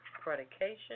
predication